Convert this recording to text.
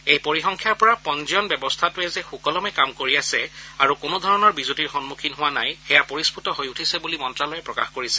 এই পৰিসংখ্যাৰ পৰা পঞ্জীয়ন ব্যৱস্থাটোৱে যে সুকলমে কাম কৰি আছে আৰু কোনোধৰণৰ বিজুতিৰ সন্মুখীন হোৱা নাই সেয়া পৰিস্ফুট হৈ উঠিছে বুলি মন্ন্যালয়ে প্ৰকাশ কৰিছে